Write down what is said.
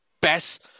best